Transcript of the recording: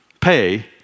pay